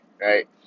right